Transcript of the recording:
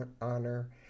honor